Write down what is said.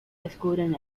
descubren